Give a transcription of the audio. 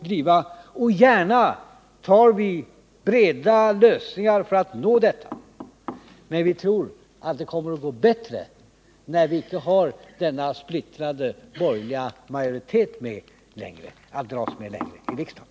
Vi tar gärna breda lösningar för att nå detta, men vi tror att det kommer att gå bättre när vi inte längre har denna splittrade borgerliga majoritet att dras med i riksdagen.